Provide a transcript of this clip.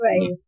right